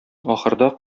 ахырда